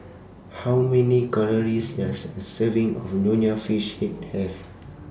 How Many Calories Does A Serving of Nonya Fish Head Have